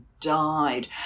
died